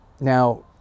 Now